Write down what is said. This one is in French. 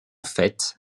fait